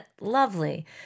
lovely